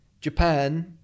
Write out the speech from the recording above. Japan